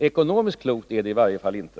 Ekonomiskt klokt är det i varje fall inte.